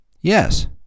Yes